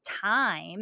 time